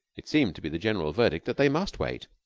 it seemed to be the general verdict that they must wait.